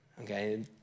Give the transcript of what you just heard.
Okay